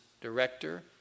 director